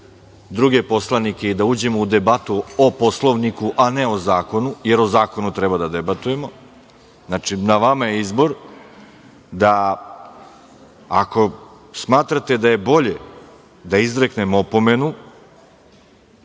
druge poslanike i da uđem u debatu po Poslovniku, a ne o zakonu, jer o zakonu treba da debatujemo? Znači, na vama je izbor da ako smatrate da je bolje da izreknem opomenu